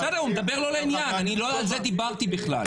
בסדר, הוא מדבר לא לעניין, לא על זה דיברתי בכלל.